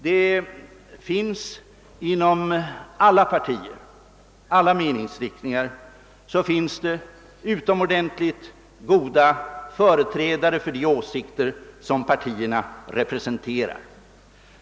Det finns inom alla partier och alla meningsriktningar utomordentligt goda företrädare för de åsikter som partierna representerar.